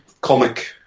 comic